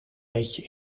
beetje